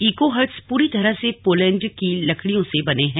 eco huts पूरी तरह से पोलैंड की लकड़ियों से बने हैं